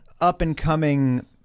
Up-and-coming